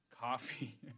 coffee